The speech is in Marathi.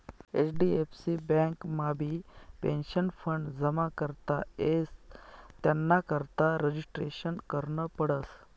एच.डी.एफ.सी बँकमाबी पेंशनफंड जमा करता येस त्यानाकरता रजिस्ट्रेशन करनं पडस